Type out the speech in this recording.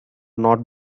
not